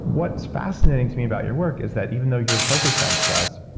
what's fascinating to me about your work is that even though you're focused on stress,